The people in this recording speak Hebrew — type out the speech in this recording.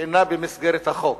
שאינה במסגרת החוק